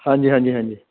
ਹਾਂਜੀ ਹਾਂਜੀ ਹਾਂਜੀ